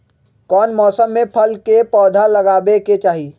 कौन मौसम में फल के पौधा लगाबे के चाहि?